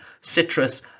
citrus